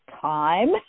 time